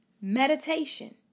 Meditation